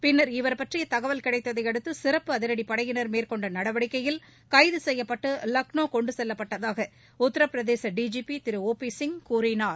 பின்னர் இவர் பற்றிய தகவல் கிடைத்ததை அடுத்து சிறப்பு அதிரடிப்படையினர் மேற்கொண்ட நடவடிக்கையில் கைது செய்யப்பட்டு லக்னோ கொண்டுசெல்லப்பட்டதாக உத்தரப்பிரதேச டிஜிபி திரு ஓ பி சிங் கூறினார்